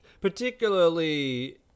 Particularly